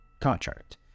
contract